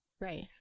Right